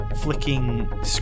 flicking